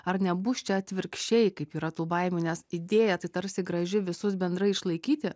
ar nebus čia atvirkščiai kaip yra tų baimių nes idėja tai tarsi graži visus bendrai išlaikyti